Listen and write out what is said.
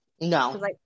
No